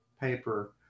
paper